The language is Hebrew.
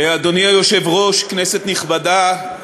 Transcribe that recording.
אדוני היושב-ראש, כנסת נכבדה,